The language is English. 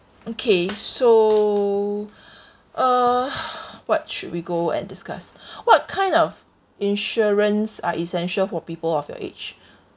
okay so uh what should we go and discuss what kind of insurance are essential for people of your age